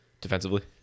defensively